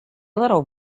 little